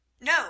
No